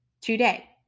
today